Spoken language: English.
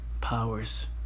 powers